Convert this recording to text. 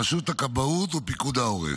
רשות הכבאות ופיקוד העורף,